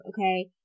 Okay